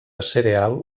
cereal